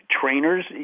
trainers